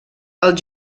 els